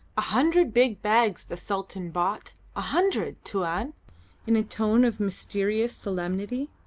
a hundred big bags the sultan bought a hundred, tuan! in a tone of mysterious solemnity.